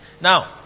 Now